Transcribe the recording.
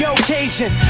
occasion